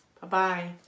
Bye-bye